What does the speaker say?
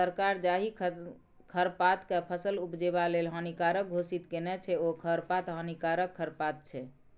सरकार जाहि खरपातकेँ फसल उपजेबा लेल हानिकारक घोषित केने छै ओ खरपात हानिकारक खरपात छै